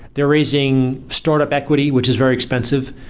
they're raising startup equity, which is very expensive,